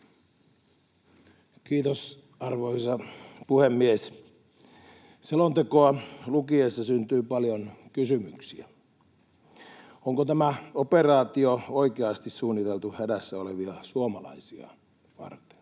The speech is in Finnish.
Kiitos, arvoisa puhemies! Selontekoa lukiessa syntyy paljon kysymyksiä. Onko tämä operaatio oikeasti suunniteltu hädässä olevia suomalaisia varten?